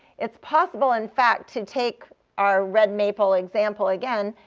it's possible, in fact, to take our red maple example again,